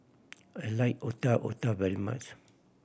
I like Otak Otak very much